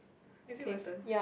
maybe my turn